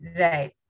Right